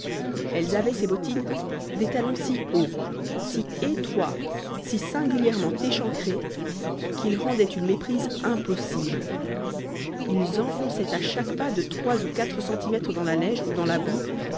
elles avaient ces bottines des talons si hauts si étroits si singulièrement échancrés qu'ils rendaient une méprise impossible ils enfonçaient à chaque pas de trois ou quatre centimètres dans la neige ou dans la boue